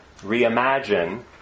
reimagine